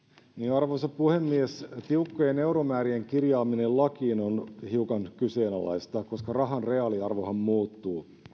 arvoisa puhemies tiukkojen euromäärien kirjaaminen lakiin on hiukan kyseenalaista koska rahan reaaliarvohan muuttuu